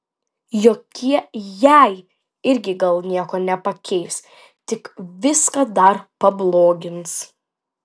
jokie jei ir gal nieko nepakeis tik viską dar pablogins